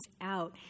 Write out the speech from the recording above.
out